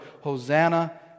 Hosanna